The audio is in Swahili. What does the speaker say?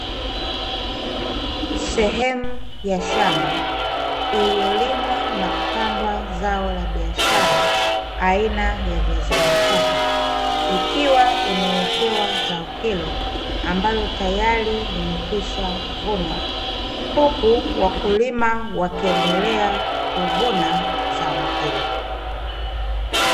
Sehemu ya shamba iliyolimwa na kupandwa zao la biashara aina ya viazi mbatata, ikiwa imewekewa zao hilo, ambalo tayari limekwishavunwa, huku wakulima wakiendelea kuvuna zao hilo.